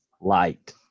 light